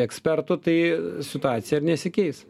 ekspertų tai situacija ir nesikeis